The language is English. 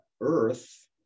earth